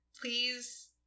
please